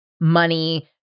money